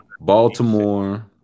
Baltimore